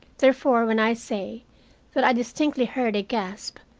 therefore when i say that i distinctly heard a gasp,